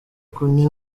kunywa